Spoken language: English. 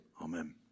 Amen